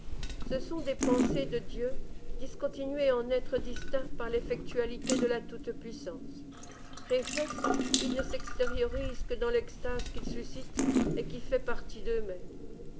ce sont des pensers de dieu discontinués en êtres distincts par l'effectualité de la toute-puissance réflexes ils ne s'extériorisent que dans l'extase qu'ils suscitent et qui fait partie d'eux-mêmes